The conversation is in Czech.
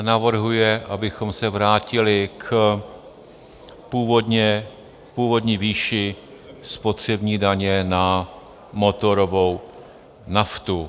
Navrhuje, abychom se vrátili k původní výši spotřební daně na motorovou naftu.